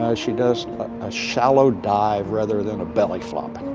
she does a shallow dive rather than a belly flop.